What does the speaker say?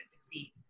succeed